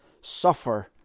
suffer